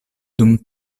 dum